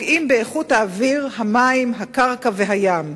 והן פוגעות באיכות האוויר, המים, הקרקע והים.